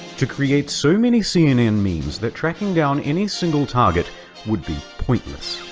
to create so many cnn memes that tracking down any single target would be pointless.